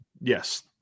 yes